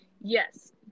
Yes